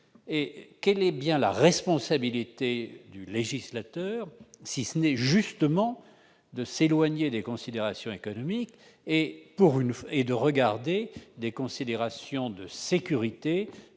Quelle est la responsabilité du législateur, si ce n'est, justement, de s'éloigner des considérations économiques pour s'attacher à des considérations de sécurité ?